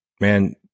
man